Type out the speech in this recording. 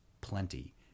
plenty